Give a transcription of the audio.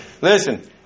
Listen